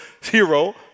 hero